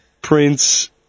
prince